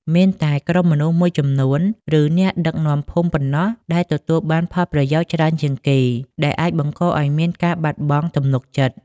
មានតែក្រុមមនុស្សមួយចំនួន ឬអ្នកដឹកនាំភូមិប៉ុណ្ណោះដែលទទួលបានផលប្រយោជន៍ច្រើនជាងគេ ដែលអាចបង្កឱ្យមានការបាត់បង់ទំនុកចិត្ត។